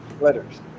letters